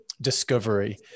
discovery